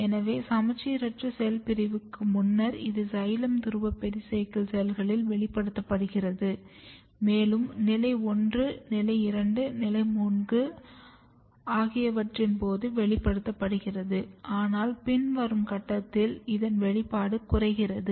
எனவே சமச்சீரற்ற செல் பிரிவுக்கு முன்னர் இது சைலம் துருவ பெரிசைக்கிள் செல்களில் வெளிப்படுத்தப்படுகிறது மேலும் நிலை 1 நிலை 2 நிலை 3 ஆகியவற்றின் போது வெளிப்படுத்தப்படுகிறது ஆனால் பின் வரும் கட்டத்தில் இதன் வெளிப்பாடு குறைகிறது